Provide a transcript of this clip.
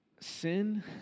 sin